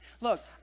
Look